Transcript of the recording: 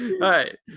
right